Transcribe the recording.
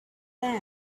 them